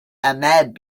ahmed